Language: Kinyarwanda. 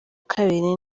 kabiri